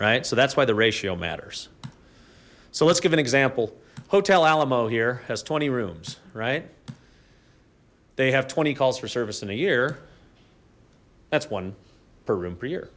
right so that's why the ratio matters so let's give an example hotel alamo here has twenty rooms right they have twenty calls for service in a year that's one per room per y